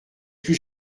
plus